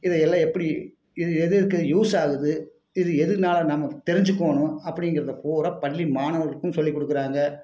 இதையெல்லாம் எப்படி இது எது எதுக்கு யூஸ் ஆகுது இது எதனால நமக்கு தெரிஞ்சுக்கோனு அப்படிங்கிறத பூராக பள்ளி மாணவர்களுக்கும் சொல்லிக்கொடுக்குறாங்க